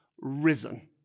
risen